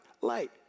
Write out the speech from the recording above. Light